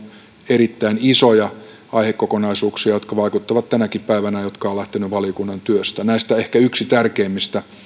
erittäin isoja aihekokonaisuuksia jotka vaikuttavat tänäkin päivänä ja jotka ovat lähteneet valiokunnan työstä näistä ehkä yksi tärkeimmistä